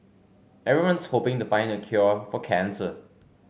everyone's hoping to find the cure for cancer